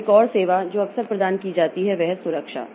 फिर एक और सेवा जो अक्सर प्रदान की जाती है वह है सुरक्षा